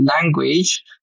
language